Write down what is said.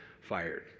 fired